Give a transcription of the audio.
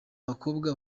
bakobwa